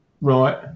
Right